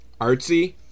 artsy